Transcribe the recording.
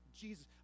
Jesus